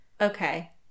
Okay